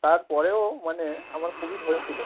তার পরেও মানে আমার কোভিড হয়েছিল